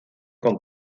con